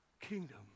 kingdom